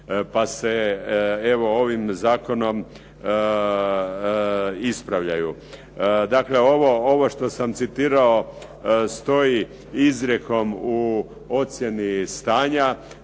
Pa se evo ovim zakonom ispravljaju. Dakle, ovo što sam citirao stoji izrijekom u ocjeni stanja,